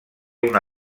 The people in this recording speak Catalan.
una